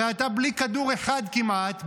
הרי אתה בלי כדור אחד כמעט,